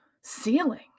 ceiling